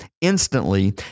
instantly